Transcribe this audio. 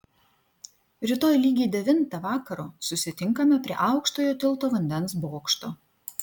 rytoj lygiai devintą vakaro susitinkame prie aukštojo tilto vandens bokšto